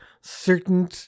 certain